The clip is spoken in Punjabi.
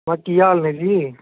ਮੈਂ ਕਿਹਾ ਕੀ ਹਾਲ ਨੇ ਜੀ